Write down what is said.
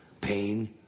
Pain